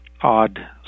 odd